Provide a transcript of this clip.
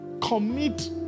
commit